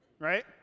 right